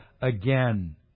again